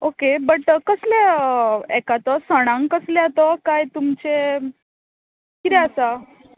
okay but कसले हेका तो सणांक कसल्या तो कांय तुमचे कितें आसा